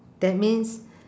that means